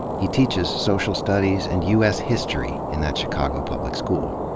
he teaches social studies and u s. history in that chicago public school.